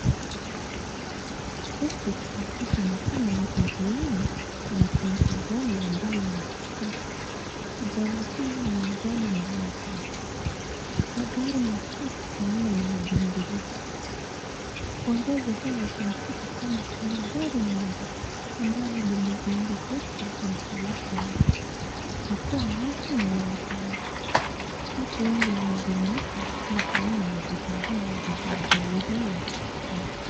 Huku tunapata ni kama ni njiani na kuna ajali ambayo imetokea. Ajali hii ni ajali mbaya sana. Magari matatu tunaona yamebingirika. Kuongeza hilo tunapata kwamba kuna gari moja ambalo limebingirika na kuwaka moto, inatoa moshi mwingi sana. Watu wengi wamejumuika, ili kuona watasaidia aje wajeruhiwa hawa.